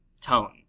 tone